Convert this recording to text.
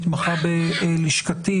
מתמחה בלשכתי,